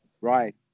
right